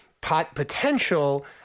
potential